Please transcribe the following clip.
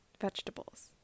vegetables